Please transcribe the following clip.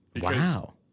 Wow